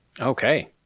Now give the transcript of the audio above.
Okay